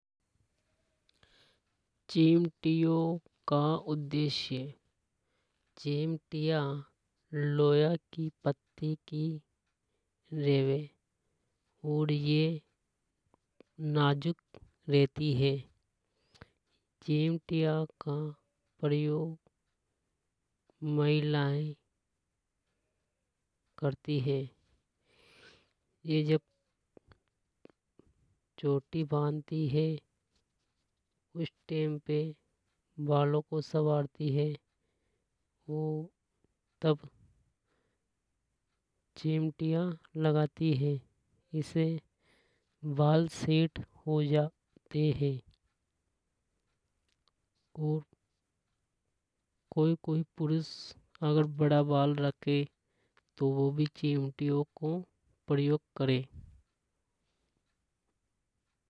चिमटियो का उद्देश्य। चिमटियां लोया की पत्ती की रेवे और ये नाजुक रहती है। चिमटियो का प्रयोग महिलाएं करती है। ये जब चोटी बांधती है उस टेम पे बालों को सवारति है। तब चिमटियां लगाती है। इसे बाल सेट हो जाते हे और कोई कोई पुरुष अगर बड़ा बाल राखे तो ओ भी चिमटियो को प्रयोग करे।